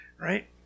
right